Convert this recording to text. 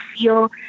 feel